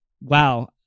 wow